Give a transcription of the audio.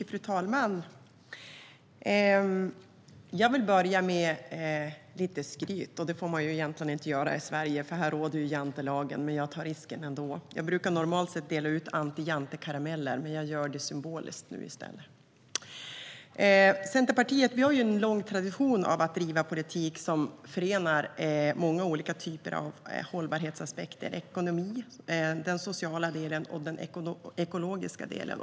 Fru talman! Jag vill börja med att skryta lite. Det får man egentligen inte göra i Sverige, för här råder ju jantelagen, men jag tar risken. Jag brukar normalt sett dela ut anti-jante-karameller, men jag gör det nu symboliskt i stället. Centerpartiet har en lång tradition av att driva politik som förenar många olika typer av hållbarhetsaspekter: ekonomi, den sociala delen och den ekologiska delen.